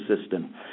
system